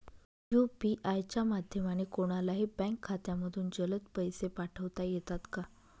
UPI च्या माध्यमाने कोणलाही बँक खात्यामधून जलद पैसे पाठवता येतात का?